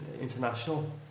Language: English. international